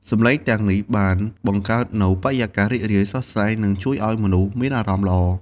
សំឡេងទាំងនេះបានបង្កើតនូវបរិយាកាសរីករាយ ស្រស់ស្រាយ និងជួយឱ្យមនុស្សមានអារម្មណ៍ល្អ។